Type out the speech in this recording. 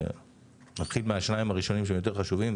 אתחיל מהשניים הראשונים שהם יותר חשובים,